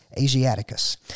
Asiaticus